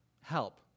help